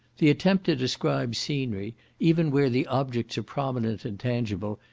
the attempt to describe scenery, even where the objects are prominent and tangible,